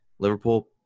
Liverpool